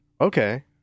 Okay